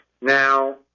Now